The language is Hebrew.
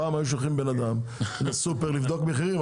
פעם היו שולחים בן אדם לסופר לבדוק מחירים,